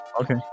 Okay